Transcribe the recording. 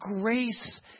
grace